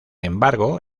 embargo